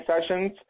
sessions